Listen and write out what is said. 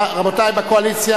רבותי בקואליציה,